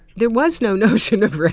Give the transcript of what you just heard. there was no notion of race!